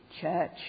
church